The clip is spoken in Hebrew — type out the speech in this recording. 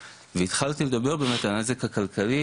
התחלתי לדבר באמת על הנזק הכלכלי,